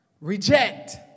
reject